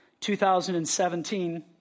2017